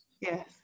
yes